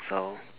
so